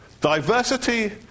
diversity